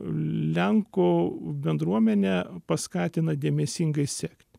lenkų bendruomenę paskatina dėmesingai sekti